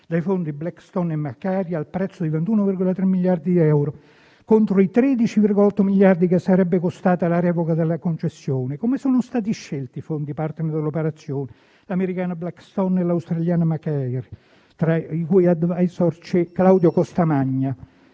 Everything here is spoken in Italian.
dai fondi Blackstone e Macquarie, al prezzo di 21,3 miliardi di euro, contro i 13,8 miliardi che sarebbe costata la revoca della concessione. Come sono stati scelti i fondi *partner* dell'operazione, l'americano Blackstone e l'australiano Macquarie (tra i cui *advisor* c'è Claudio Costamagna,